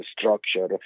structure